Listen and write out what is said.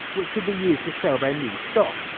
which could be used to sell their new stock.